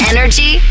Energy